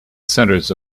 centres